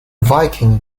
viking